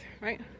right